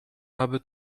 aby